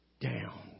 down